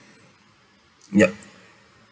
yup